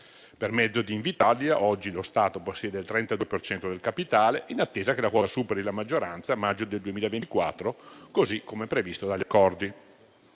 Per mezzo di Invitalia oggi lo Stato possiede il 32 per cento del capitale, in attesa che la quota superi la maggioranza a maggio del 2024, così come previsto dagli accordi.